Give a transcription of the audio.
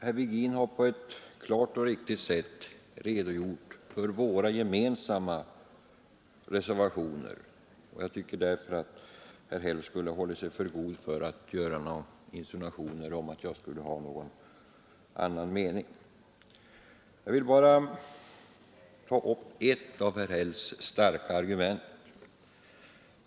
Herr Virgin har på ett klart och riktigt sätt redogjort för våra gemensamma reservationer. Jag tycker därför att herr Häll borde ha hållit sig för god att insinuera att jag skulle ha någon annan mening. Jag vill bara ta upp ett av herr Hälls ”starka argument”.